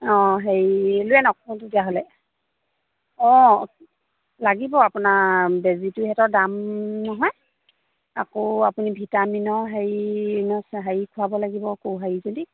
অঁ হেৰি লৈ আনক তেতিয়াহ'লে অঁ লাগিব আপোনাৰ বেজিটোহঁতৰ দাম নহয় আকৌ আপুনি ভিটামিনৰ হেৰি হেৰি খোৱাব লাগিব আকৌ হেৰি যদি